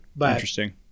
Interesting